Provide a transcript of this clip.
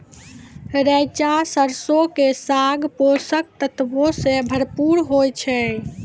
रैचा सरसो के साग पोषक तत्वो से भरपूर होय छै